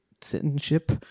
citizenship